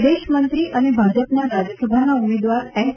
વિદેશમંત્રી અને ભાજપના રાજ્યસભાના ઉમેદવાર એસ